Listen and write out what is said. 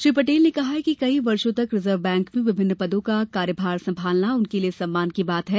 श्री पटेल ने कहा कि कई वर्षो तक रिजर्व बैंक में विभिन्न पदों का कार्यभार संभालना उनके लिए सम्मान की बात है